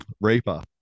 reaper